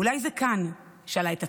'אולי זה כאן?' שאלה את עצמה,